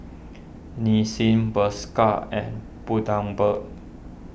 Nissin Bershka and Bundaberg